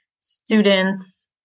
students